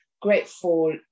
Grateful